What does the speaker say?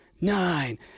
nine